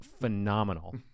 phenomenal